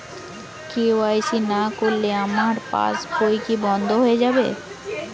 KYC না করলে আমার পাশ বই কি বন্ধ হয়ে যাবে?